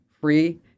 free